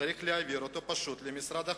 צריך להעביר אותה פשוט למשרד אחר.